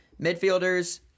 midfielders